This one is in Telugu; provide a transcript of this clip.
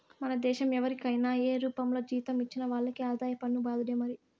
మన దేశం ఎవరికైనా ఏ రూపంల జీతం ఇచ్చినా వాళ్లకి ఆదాయ పన్ను బాదుడే మరి